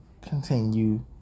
Continue